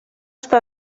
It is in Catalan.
està